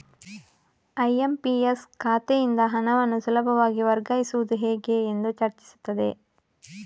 IMPS ಖಾತೆಯಿಂದ ಹಣವನ್ನು ಸುಲಭವಾಗಿ ವರ್ಗಾಯಿಸುವುದು ಹೇಗೆ ಎಂದು ಚರ್ಚಿಸುತ್ತದೆ